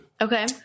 Okay